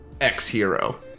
X-Hero